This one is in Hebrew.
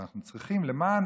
אבל למען